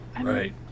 right